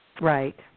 right